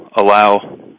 allow